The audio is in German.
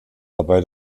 dabei